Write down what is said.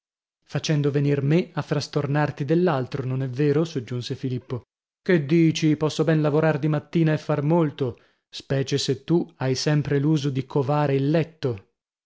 facendo venir me a frastornarti dell'altro non è vero soggiunse filippo che dici posso ben lavorar di mattina e far molto specie se tu hai sempre l'uso di covare il letto